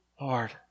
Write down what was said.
Lord